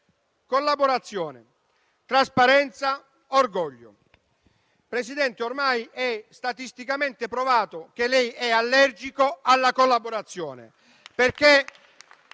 collaborazione, trasparenza, orgoglio. Signor Presidente, ormai è statisticamente provato che lei è allergico alla collaborazione.